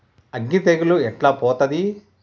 అగ్గి తెగులు ఎట్లా పోతది?